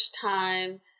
time